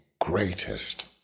greatest